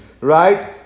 right